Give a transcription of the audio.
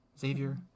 Xavier